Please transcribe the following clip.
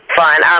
fine